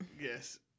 Yes